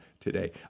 today